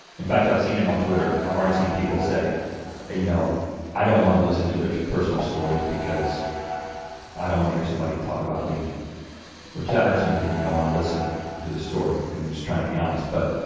in fact, i've seen it on twitter. i've already seen people say you know i don't wanna listen to their personal stories because i don't wanna hear somebody talk about leaving which that hurts mean that you don't wanna listen to the story. i'm just trying to be honest but